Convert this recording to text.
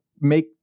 make